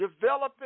developing